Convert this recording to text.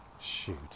Shoot